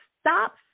stop